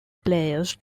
players